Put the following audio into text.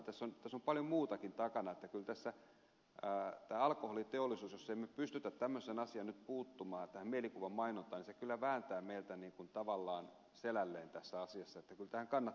tässä on siis paljon muutakin takana tämä alkoholiteollisuus että jos emme pysty tähän mielikuvamainontaan nyt puuttumaan kyllä vääntää meidät selälleen tässä asiassa takana